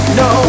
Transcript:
no